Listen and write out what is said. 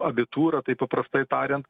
abitūra taip paprastai tariant